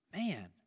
Man